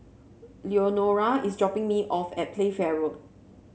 Leonora is dropping me off at Playfair Road